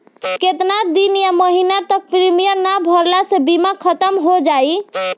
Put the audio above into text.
केतना दिन या महीना तक प्रीमियम ना भरला से बीमा ख़तम हो जायी?